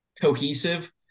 cohesive